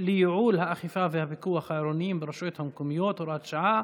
לייעול האכיפה והפיקוח העירוניים ברשויות המקומיות (הוראת שעה)